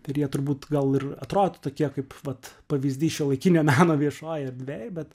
ir jie turbūt gal ir atrodytų tokie kaip vat pavyzdys šiuolaikinio meno viešojoj erdvėj bet